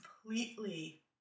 completely